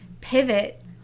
pivot